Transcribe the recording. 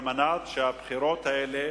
על מנת שהבחירות האלה